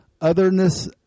otherness